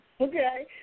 Okay